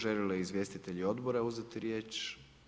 Žele li izvjestitelji odbora uzeti riječ?